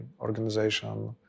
organization